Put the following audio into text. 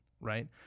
right